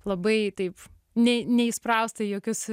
labai taip ne neįsprausta į jokius